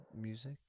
music